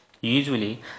Usually